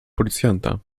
policjanta